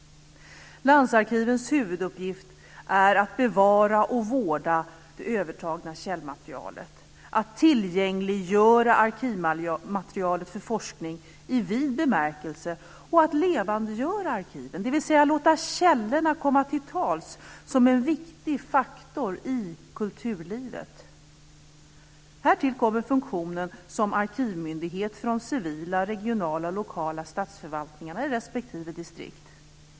Landsarkivens huvuduppgift är att bevara och vårda det övertagna källmaterialet, att tillgängliggöra arkivmaterialet för forskning i vid bemärkelse och att levandegöra arkiven, dvs. låta källorna komma till tals som en viktig faktor i kulturlivet. Härtill kommer funktionen som arkivmyndighet för de civila, regionala och lokala statsförvaltningar respektive distrikt.